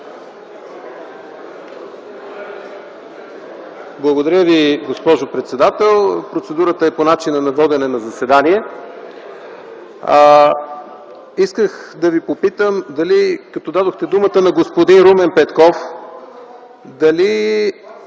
Благодаря Ви, госпожо председател. Процедурата е по начина на водене на заседанието. Исках да Ви попитам като дадохте думата на господин Румен Петков, дали